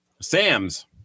Sam's